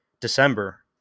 december